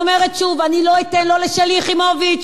אני אומרת שוב: אני לא אתן, לא לשלי יחימוביץ